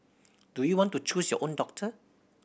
do you want to choose your own doctor